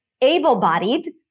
able-bodied